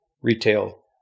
retail